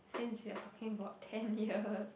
since we are talking about ten years